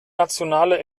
nationale